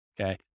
Okay